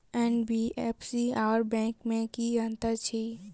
NBFC आओर bank मे की अंतर अछि?